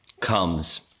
comes